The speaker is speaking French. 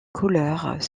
couleurs